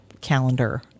calendar